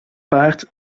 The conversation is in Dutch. paard